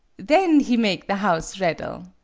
then he make the house raddle!